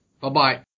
Bye-bye